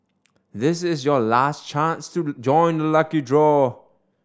this is your last chance to join the lucky draw